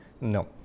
No